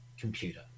computer